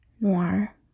noir